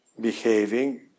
behaving